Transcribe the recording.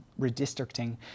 redistricting